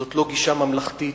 זאת לא גישה ממלכתית,